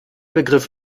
begriff